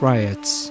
Riots